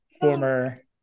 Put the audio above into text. former